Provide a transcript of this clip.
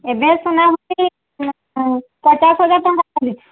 ଏବେ ସିନା ଖାଲି ପଚାଶ ହଜାର ଟଙ୍କା ଦେବି